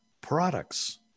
products